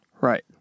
Right